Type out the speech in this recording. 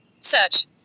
Search